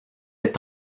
est